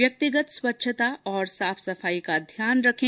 व्यक्तिगत स्वच्छता और साफ सफाई का ध्यान रखें